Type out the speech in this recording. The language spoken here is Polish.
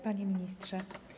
Panie Ministrze!